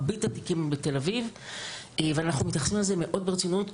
מרבית התיקים הם בתל אביב ואנחנו מתייחסים לזה מאוד ברצינות.